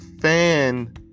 fan